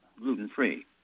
gluten-free